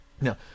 Now